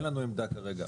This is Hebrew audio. אין לנו עמדה כרגע.